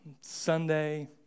Sunday